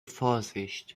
vorsicht